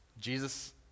Jesus